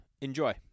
enjoy